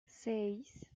seis